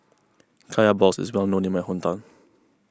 Kaya Balls is well known in my hometown